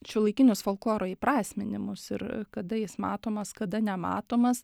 šiuolaikinius folkloro įprasminimus ir kada jis matomas kada nematomas